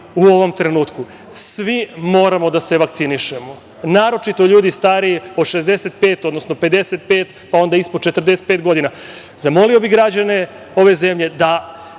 u ovom trenutku, svi moramo da se vakcinišemo, naročito ljudi stariji od 65, odnosno 55, pa onda ispod 45 godina. Zamolio bih građane ove zemlje da